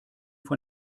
von